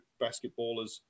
basketballers